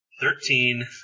Thirteen